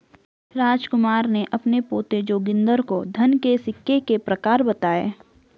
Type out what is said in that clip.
रामकुमार ने अपने पोते जोगिंदर को धन के सिक्के के प्रकार बताएं